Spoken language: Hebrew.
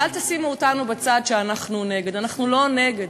ואל תשימו אותנו בצד שכנגד, אנחנו לא נגד.